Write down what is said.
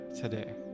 today